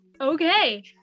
okay